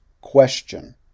question